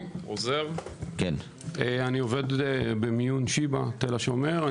אני עובד במיון שיבא תל השומר.